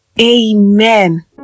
Amen